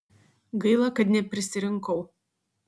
gaila kad neprisirinkau